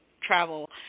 travel